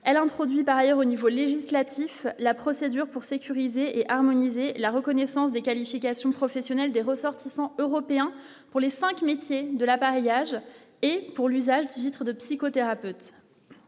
elle introduit par ailleurs au niveau législatif, la procédure pour sécuriser et harmoniser la reconnaissance des qualifications professionnelles des ressortissants européens pour les 5 médecins de l'appareillage et pour l'usage du tour de psychothérapeute